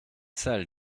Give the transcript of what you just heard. salle